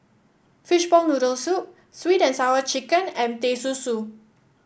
Fishball Noodle Soup sweet and Sour Chicken and Teh Susu